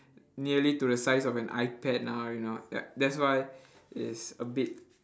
nearly to the size of an ipad now you know ya that's why it's a bit